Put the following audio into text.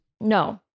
No